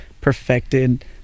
perfected